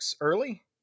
early